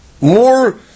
more